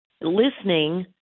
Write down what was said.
Listening